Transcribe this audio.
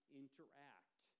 interact